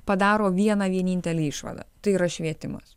padaro vieną vienintelę išvadą tai yra švietimas